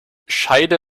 scheide